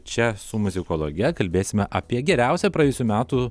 čia su muzikologe kalbėsime apie geriausią praėjusių metų